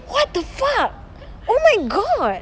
what the fuck oh my god